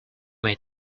may